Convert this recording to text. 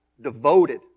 devoted